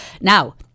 Now